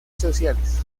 sociales